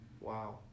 Wow